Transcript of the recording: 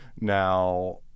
Now